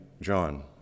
John